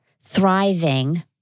thriving